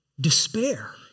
despair